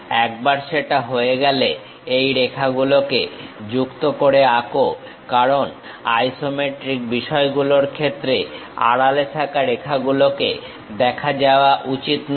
একবার সেটা হয়ে গেলে এই রেখাগুলোকে যুক্ত করে আঁকো কারণ আইসোমেট্রিক বিষয়গুলোর ক্ষেত্রে আড়ালে থাকা রেখাগুলো দেখা যাওয়া উচিত নয়